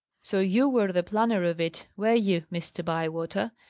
so you were the planner of it, were you, mr. bywater?